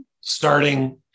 starting